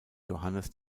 johannes